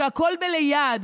שהכול ליד.